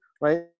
Right